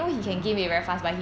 mm mm